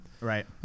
Right